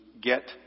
get